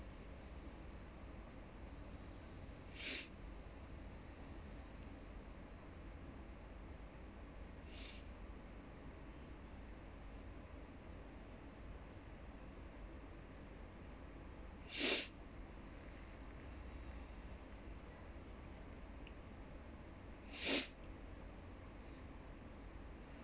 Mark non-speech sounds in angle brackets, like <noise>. <breath>